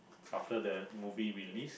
after the movie we leave